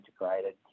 integrated